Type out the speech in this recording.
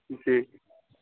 جی